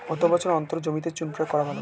কত বছর অন্তর জমিতে চুন প্রয়োগ করা ভালো?